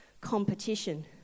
competition